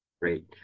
Great